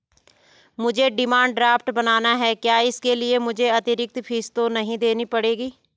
मुझे demand draft बनाना है क्या इसके लिए मुझे अतिरिक्त फीस तो नहीं देनी पड़ेगी?